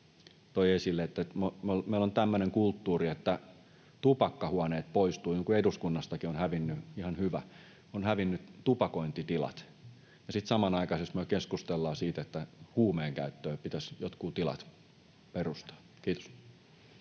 toi esille siitä, kun meillä on tämmöinen kulttuuri, että tupakkahuoneet poistuivat. Eduskunnastakin ovat hävinneet — ihan hyvä — tupakointitilat, mutta sitten samanaikaisesti me keskustellaan siitä, että huumeen käyttöön pitäisi jotkut tilat perustaa. Edustaja